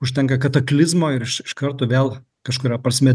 užtenka kataklizmo ir iš iš karto vėl kažkuria prasme